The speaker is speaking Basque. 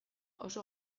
oso